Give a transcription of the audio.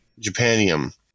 Japanium